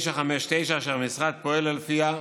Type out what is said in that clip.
959, שהמשרד פועל לפיה,